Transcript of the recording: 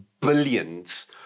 billions